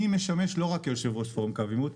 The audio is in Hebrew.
אני משמש לא רק כיו"ר פורום קו העימות,